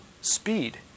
speed